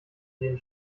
gehen